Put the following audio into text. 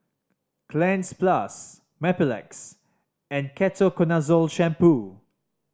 Cleanz Plus Mepilex and Ketoconazole Shampoo